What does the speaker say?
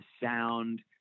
sound